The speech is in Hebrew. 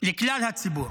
לכלל הציבור.